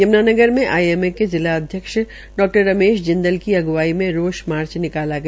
यम्नानगर में आईएमए के जिलाध्यक्ष डा रमेश जिंदल की अग्वाई मे रोष मार्च निकाला गया